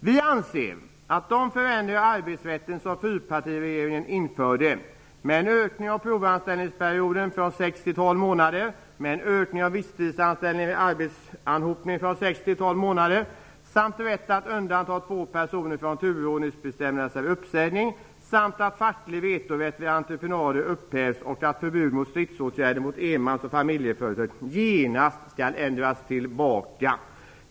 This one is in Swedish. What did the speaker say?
Vi anser att de förändringar i arbetsrätten som fyrpartiregeringen införde - en ökning av provanställningsperioden från sex till tolv månader, en ökning av visstidsanställningstiden vid arbetsanhopning från sex till tolv månader, rätt att undanta två personer från turordningsbestämmelser vid uppsägning, ett upphävande av facklig vetorätt vid entreprenader samt ett förbud mot stridsåtgärder mot enmans och familjeföretag - genast skall ändras tillbaka.